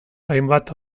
hainbat